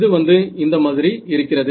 இது வந்து இந்த மாதிரி இருக்கிறது